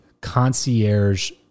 concierge